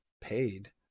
paid